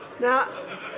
Now